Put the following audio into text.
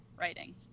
writing